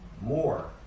more